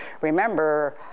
Remember